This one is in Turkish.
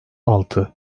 altı